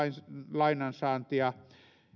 lainansaantia